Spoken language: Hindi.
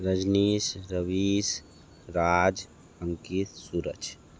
रजनीश रवीश राज अंकित सूरज